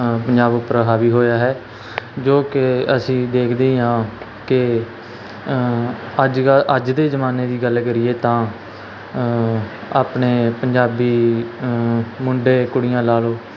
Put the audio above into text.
ਅ ਪੰਜਾਬ ਉੱਪਰ ਹਾਵੀ ਹੋਇਆ ਹੈ ਜੋ ਕਿ ਅਸੀਂ ਦੇਖਦੇ ਹੀ ਹਾਂ ਕਿ ਅੱਜ ਕ ਅੱਜ ਦੇ ਜਮਾਨੇ ਦੀ ਗੱਲ ਕਰੀਏ ਤਾਂ ਆਪਣੇ ਪੰਜਾਬੀ ਮੁੰਡੇ ਕੁੜੀਆਂ ਲਾ ਲਓ